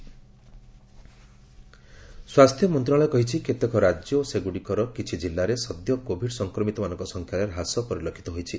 health briefing ସ୍ପାସ୍ଥ୍ୟ ମନ୍ତ୍ରଣାଳୟ କହିଛି କେତେକ ରାଜ୍ୟ ଓ ସେଗୁଡ଼ିକର କିଛି ଜିଲ୍ଲାରେ ସଦ୍ୟ କୋବିଡ୍ ସଂକ୍ମିତମାନଙ୍କ ସଂଖ୍ୟାରେ ହାସ ପରିଲକ୍ଷିତ ହୋଇଛି